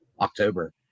October